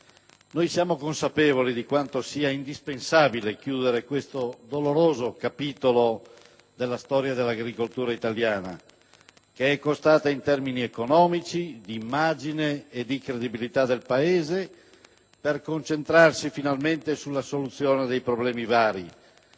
siamo consapevoli di quanto sia indispensabile chiudere questo doloroso capitolo della storia dell'agricoltura italiana, che è costata in termini economici, di immagine e di credibilità del Paese, per concentrarsi finalmente sulla soluzione dei problemi vari,